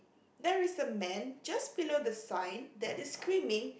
there is a man just below the side that is screaming